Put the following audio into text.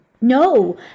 No